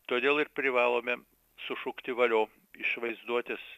todėl ir privalome sušukti valio iš vaizduotės